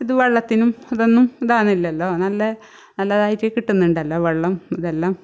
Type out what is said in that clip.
വെള്ളത്തിനും ഇത് ഇതാകുന്നില്ലല്ലോ നല്ല നല്ലതായിട്ട് കിട്ടുന്നുണ്ടല്ലോ വെള്ളം ഇതെല്ലാം